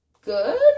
good